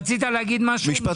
רצית להגיד משהו, משפט?